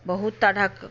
बहुत तरहक